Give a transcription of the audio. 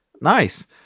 Nice